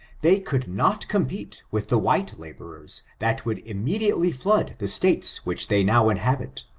they could not compete with the white laborers that would immediately flood the states which they now inhabit.